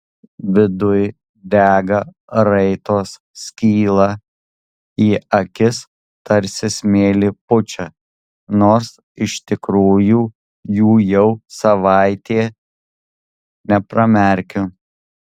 viduj dega raitos skyla į akis tarsi smėlį pučia nors iš tikrųjų jų jau savaitė nepramerkiu